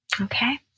Okay